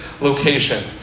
location